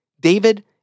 David